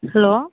hello